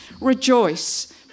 rejoice